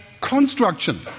construction